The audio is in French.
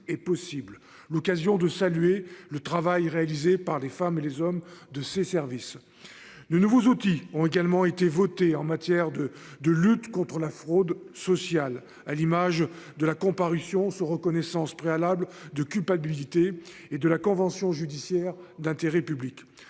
L'occasion de saluer le travail réalisé par les femmes et les hommes de ses services. De nouveaux outils ont également été voté en matière de de lutte contre la fraude sociale. À l'image de la comparution sur reconnaissance préalable de culpabilité et de la convention judiciaire d'intérêt public.